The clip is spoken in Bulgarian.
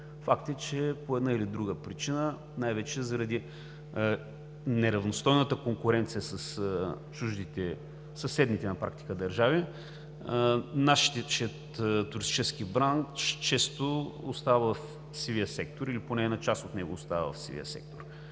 Факт е, че по една или друга причина, най-вече заради неравностойната конкуренция със съседните на практика държави, нашият туристически бранш често остава в сивия сектор или поне една част от него остава в сивия сектор.